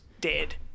dead